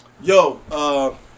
Yo